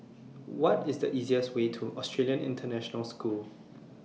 What IS The easiest Way to Australian International School